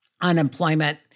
unemployment